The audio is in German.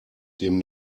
dem